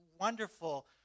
wonderful